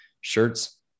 shirts